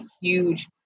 huge